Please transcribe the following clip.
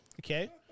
okay